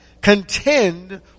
contend